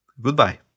Goodbye